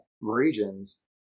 regions